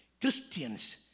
Christians